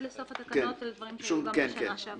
לסוף התקנות אלה דברים שהיו כבר בשנה שעבר.